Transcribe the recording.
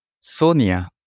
Sonia